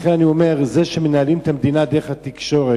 לכן אני אומר, זה שמנהלים את המדינה דרך התקשורת,